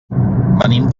venim